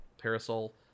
parasol